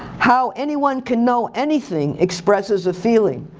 how anyone can know anything expresses a feeling,